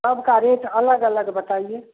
सब का रेट अलग अलग बताइए